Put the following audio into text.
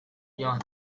joan